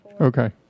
okay